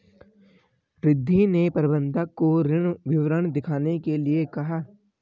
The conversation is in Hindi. रिद्धी ने प्रबंधक को ऋण विवरण दिखाने के लिए कहा